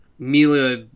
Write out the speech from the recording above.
Mila